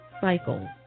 cycle